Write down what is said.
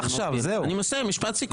משפט סיכום.